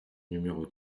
numéro